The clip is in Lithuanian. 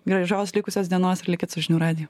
gražios likusios dienos ir likit su žinių radiju